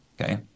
okay